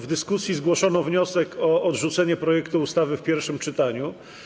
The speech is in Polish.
W dyskusji zgłoszono wniosek o odrzucenie projektu ustawy w pierwszym czytaniu.